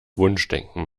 wunschdenken